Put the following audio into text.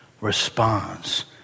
responds